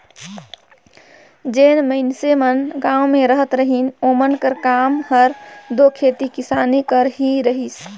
जेन मइनसे मन गाँव में रहत रहिन ओमन कर काम हर दो खेती किसानी कर ही रहिस